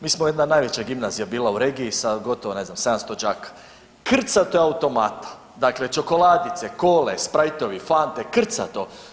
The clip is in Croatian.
Mi smo jedna najveća gimnazija bila u regiji sa gotovo ne znam 700 đaka, krcato automata, dakle čokoladice, kole, sprajtovi, fante, krcato.